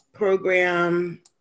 program